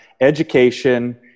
education